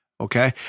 Okay